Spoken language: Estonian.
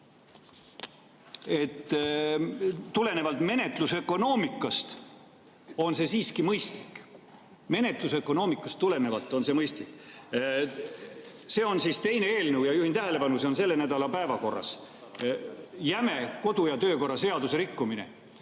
tulenevalt menetlusökonoomikast on see siiski mõistlik. Menetlusökonoomikast tulenevalt on see mõistlik! See on teine eelnõu ja juhin tähelepanu, see on selle nädala päevakorras. Jäme kodu- ja töökorra seaduse rikkumine!